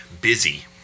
busy